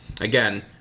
again